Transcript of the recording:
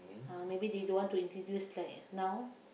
uh maybe they don't want to introduce like now